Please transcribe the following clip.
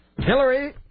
Hillary